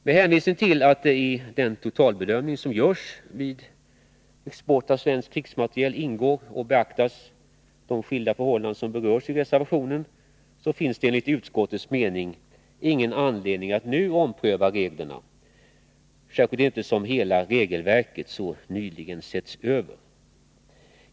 Med hänvisning till att i den totalbedömning som görs vid export av svensk krigsmateriel de skilda förhållanden som berörs i reservationen beaktas, finns det enligt utskottets mening ingen anledning att nu ompröva reglerna, särskilt inte som hela regelverket så nyligen setts över.